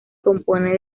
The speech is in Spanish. compone